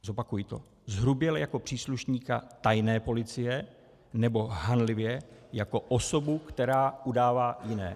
Zopakuji to: zhruběle jako příslušníka tajné policie nebo hanlivě jako osobu, která udává jiné.